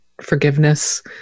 forgiveness